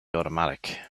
automatic